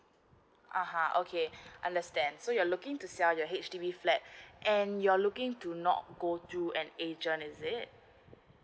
aha okay I understand so you're looking to sell your H_D_B flat and you're looking to not go through an agent is it